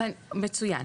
מצוין.